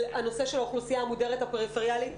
נושא האוכלוסייה המודרת הפריפריאלית,